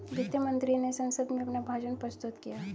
वित्त मंत्री ने संसद में अपना भाषण प्रस्तुत किया